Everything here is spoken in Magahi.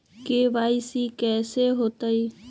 के.वाई.सी कैसे होतई?